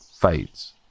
fades